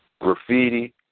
graffiti